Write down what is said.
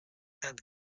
and